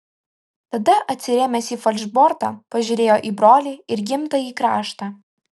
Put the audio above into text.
tada atsirėmęs į falšbortą pažiūrėjo į brolį ir gimtąjį kraštą